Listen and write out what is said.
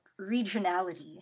regionality